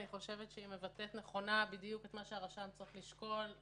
אני חושבת שהיא מבטאת בדיוק את מה שהרשם צריך לשקול.